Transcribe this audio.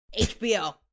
HBO